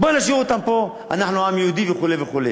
בוא ונשאיר אותם פה, אנחנו עם יהודי וכו'.